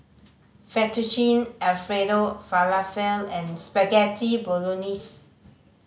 Fettuccine Alfredo Falafel and Spaghetti Bolognese